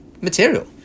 material